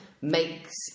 makes